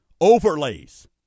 overlays